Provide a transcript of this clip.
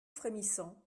frémissant